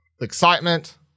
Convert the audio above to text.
excitement